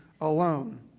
alone